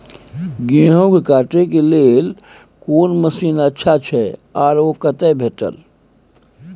गेहूं के काटे के लेल कोन मसीन अच्छा छै आर ओ कतय भेटत?